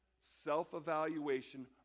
self-evaluation